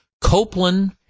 Copeland